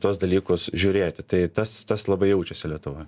tuos dalykus žiūrėti tai tas tas labai jaučiasi lietuvoj